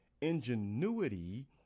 ingenuity